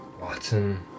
Watson